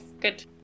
Good